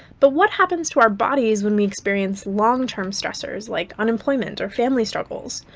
but what happens to our bodies when we experience long-term stressors, like unemployment, or family struggles?